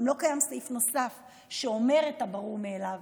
גם לא קיים סעיף נוסף שאומר את הברור מאליו,